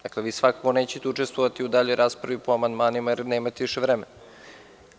Dakle, vi svakako nećete učestvovati u daljoj raspravi po amandmanima, jer nemate više vremena.